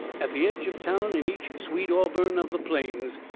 at the edge of town in each sweet auburn of the plains.